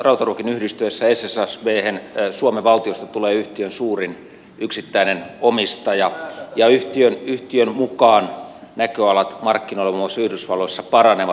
rautaruukin yhdistyessä ssabhen suomen valtiosta tulee yhtiön suurin yksittäinen omistaja ja yhtiön mukaan näköalat markkinoilla muun muassa yhdysvalloissa paranevat